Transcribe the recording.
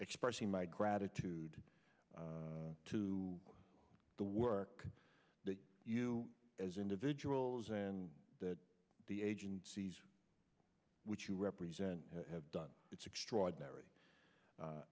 expressing my attitude to the work that you as individuals and that the agencies which you represent have done it's extraordinary